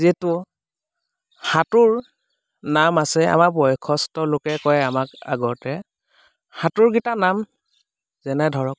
যিহেতু সাঁতোৰ নাম আছে আমাৰ বয়সস্থ লোকে কয় আমাক আগতে সাঁতোৰকেইটাৰ নাম যেনে ধৰক